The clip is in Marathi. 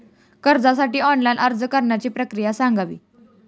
कर्जासाठी ऑनलाइन अर्ज करण्याची प्रक्रिया सांगावी